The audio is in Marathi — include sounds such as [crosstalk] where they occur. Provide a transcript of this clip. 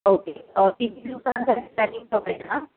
ओके किती दिवसांसाठी प्लॅनिंग [unintelligible]